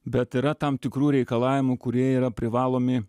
bet yra tam tikrų reikalavimų kurie yra privalomi